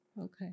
Okay